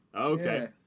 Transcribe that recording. Okay